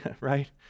right